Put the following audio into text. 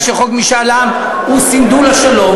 חוק משאל עם הוא סנדול השלום,